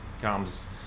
comes